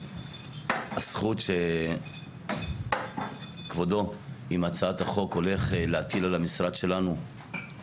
הזכות שכבודו עם הצעת החוק הולך להטיל על המשרד שלנו,